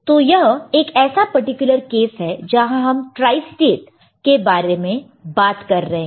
तो यह एक ऐसा पर्टिकुलर केस है जहां हम ट्राइस्टेट के बारे में बात कर रहे हैं